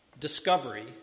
Discovery